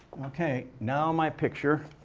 okay. now, my picture